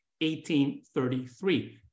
1833